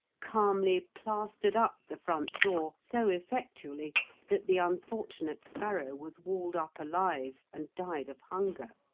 calmly plastered up the front door so effectually that the unfortunate sparrow was walled up alive and died of hunger.